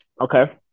Okay